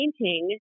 painting